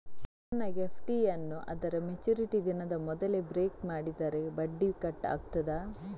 ನನ್ನ ಎಫ್.ಡಿ ಯನ್ನೂ ಅದರ ಮೆಚುರಿಟಿ ದಿನದ ಮೊದಲೇ ಬ್ರೇಕ್ ಮಾಡಿದರೆ ಬಡ್ಡಿ ಕಟ್ ಆಗ್ತದಾ?